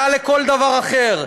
יותר מכל דבר אחר,